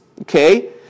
okay